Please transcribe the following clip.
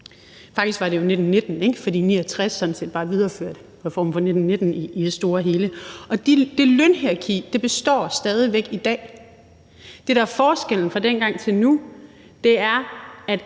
Faktisk var det i 1919, fordi 1969 sådan set bare videreførte reformen fra 1919 i det store og hele. Og det lønhierarki består stadig væk i dag. Det, der er forskellen fra dengang til nu, er,